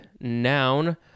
noun